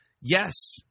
yes